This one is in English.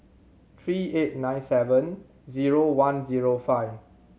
three eight nine seven zero one zero five